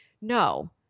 No